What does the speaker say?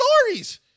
stories